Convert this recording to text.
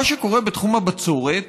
מה שקורה בתחום הבצורת